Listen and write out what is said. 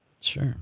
Sure